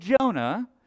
Jonah